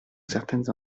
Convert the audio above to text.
certaines